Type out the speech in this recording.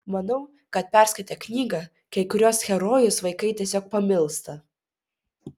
manau kad perskaitę knygą kai kuriuos herojus vaikai tiesiog pamilsta